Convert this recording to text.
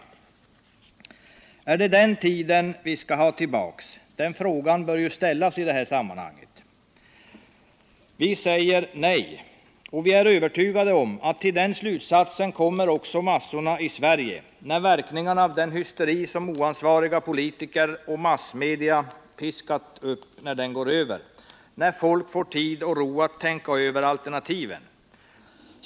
Är det den tiden vi skall ha tillbaka? Den frågan bör ju ställas i det här sammanhanget. Vi säger nej och är övertygade om att också massorna i Sverige kommer till den slutsatsen när verkningarna av den hysteri som oansvariga politiker och massmedia piskat upp går över, när folk får tid och ro att tänka över alternativen.